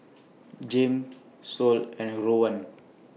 Jame Sol and Rowan